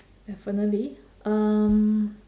definitely um